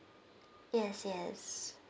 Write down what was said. yes yes